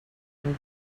and